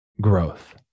growth